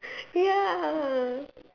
ya